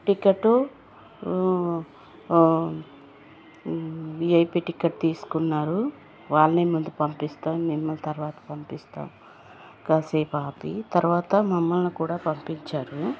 ticket VIP ticket తీస్కున్నారు వాళ్ళనే ముందు పంపిస్తాం మిమ్మల్ని తర్వాత పంపిస్తాం కాసేపు ఆపి తర్వాత మమ్మల్ని కూడా పంపించారు